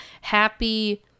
Happy